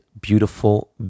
beautiful